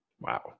Wow